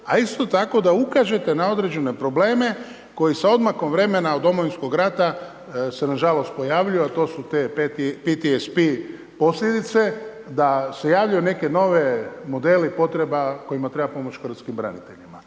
a isto tako da ukažete na određene probleme koje se odmakom vremena od Domovinskog rata se nažalost pojavljuju a to su te PTSP posljedice, da se javljaju neki novi modela potreba kojima treba pomoći hrvatskim braniteljima.